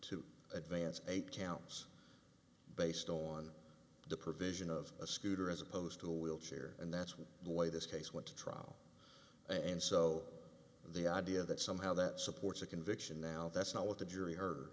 to advance eight counts based on the provision of a scooter as opposed to a wheelchair and that's when the way this case went to trial and so the idea that somehow that supports a conviction now that's not what the jury he